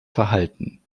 verhalten